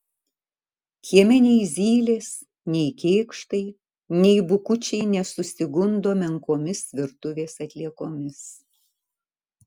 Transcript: kieme nei zylės nei kėkštai nei bukučiai nesusigundo menkomis virtuvės atliekomis